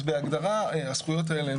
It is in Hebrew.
אז בהגדרה הזכויות האלה,